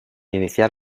iniciar